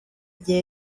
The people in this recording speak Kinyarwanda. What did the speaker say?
igihe